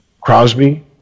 Crosby